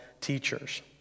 teachers